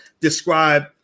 describe